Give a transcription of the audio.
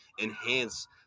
enhance